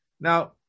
Now